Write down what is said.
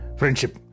friendship